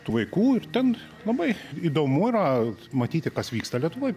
tų vaikų ir ten labai įdomu yra matyti kas vyksta lietuvoj